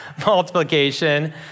multiplication